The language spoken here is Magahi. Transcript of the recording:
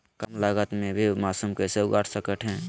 कम लगत मे भी मासूम कैसे उगा स्केट है?